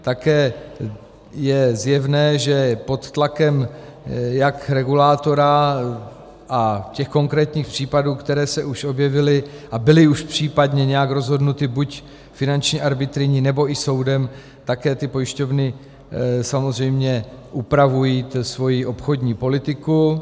Také je zjevné, že pod tlakem jak regulátora a těch konkrétní případů, které se už objevily a byly už případně nějak rozhodnuty buď finanční arbitryní, nebo i soudem, také ty pojišťovny samozřejmě upravují svoji obchodní politiku.